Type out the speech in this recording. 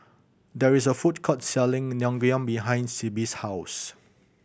there is a food court selling Naengmyeon behind Sibbie's house